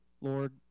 Lord